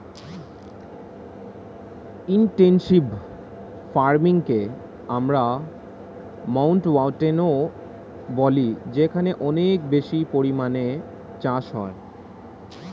intensive ফার্মিংকে আমরা মাউন্টব্যাটেনও বলি যেখানে অনেক বেশি পরিমাণে চাষ হয়